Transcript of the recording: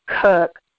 cook